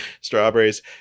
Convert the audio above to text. strawberries